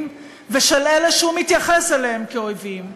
ושל אלה שהוא מתייחס אליהם כאויבים,